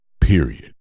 period